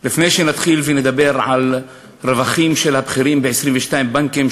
לפני שנתחיל ונדבר על רווחים של הבכירים ב-22 בנקים,